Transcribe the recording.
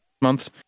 months